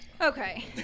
Okay